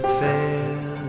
fail